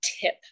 tip